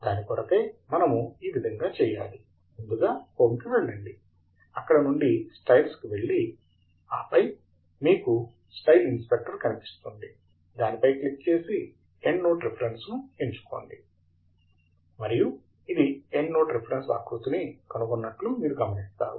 దాని కొరకై మనము ఈ విధముగా చేయాలి ముందుగా హోం కి వెళ్ళండి అక్కడ నుండి స్టైల్స్ కి వెళ్లి ఆపై మీకు స్టైల్ ఇన్స్పెక్టర్ కనిపిస్తుంది దానిపై క్లిక్ చేసి ఎండ్ నోట్ రిఫరెన్స్ ను ఎంచుకోండి మరియు ఇది ఎండ్ నోట్ రిఫరెన్స్ ఆకృతిని కనుగొన్నట్లు మీరు గమనిస్తారు